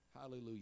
Hallelujah